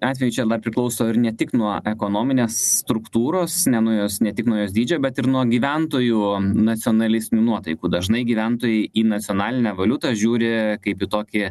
atveju čia dar priklauso ir ne tik nuo ekonominės struktūros ne nuo jos ne tik nuo jos dydžio bet ir nuo gyventojų nacionalistinių nuotaikų dažnai gyventojai į nacionalinę valiutą žiūri kaip į tokį